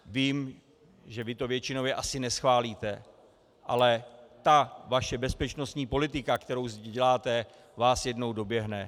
Vím, že vy to většinově asi neschválíte, ale vaše bezpečnostní politika, kterou děláte, vás jednou doběhne.